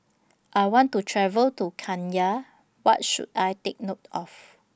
I want to travel to Kenya What should I Take note of